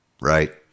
right